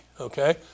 okay